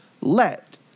let